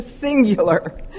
Singular